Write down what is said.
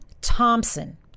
Thompson